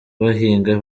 bahinga